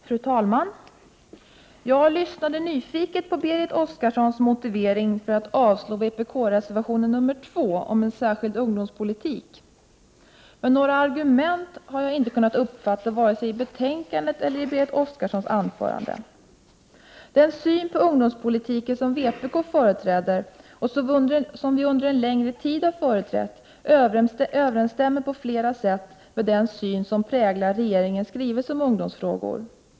Fru talman! Jag lyssnade nyfiket på Berit Oscarssons motivering för att avstyrka vpk-reservation 2 om en särskild ungdomspolitik. Men några argument har jag inte kunnat uppfatta vare sig i betänkandet eller i Berit Oscarssons anförande. Den syn på ungdomspolitiken som vpk företräder, och som vi under en längre tid har företrätt, överensstämmer på flera sätt med den syn som präglar regeringens skrivelse om ungdomsfrågor.